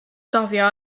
gofio